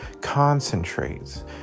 concentrates